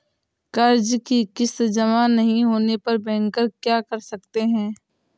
कर्ज कि किश्त जमा नहीं होने पर बैंकर क्या कर सकते हैं?